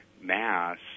Mass